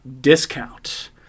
discount